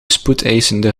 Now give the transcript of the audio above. spoedeisende